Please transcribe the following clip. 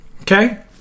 okay